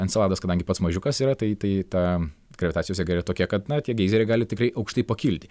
enceladas kadangi pats mažiukas yra tai tai ta gravitacijos jėga yra tokia kad na tie geizeriai gali tikrai aukštai pakilti